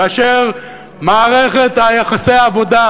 כאשר מערכת יחסי העבודה,